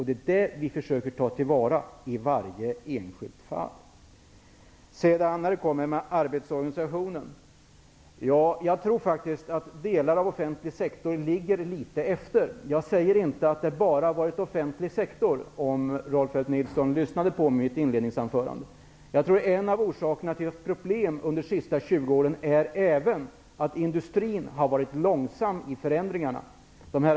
Det är det som vi försöker ta till vara i varje enskilt fall. Jag tror faktiskt att delar av den offentliga sektorn ligger litet efter. Om Rolf L Nilson lyssnade på mig i mitt inledningsanförande skulle han ha hört att jag inte sade att det bara gäller den offentliga sektorn. Jag tror att en av orsakerna till att vi har haft problem under de senaste 20 åren är att även industrin har varit långsam i förändringarna.